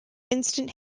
instant